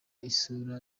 isura